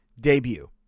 debut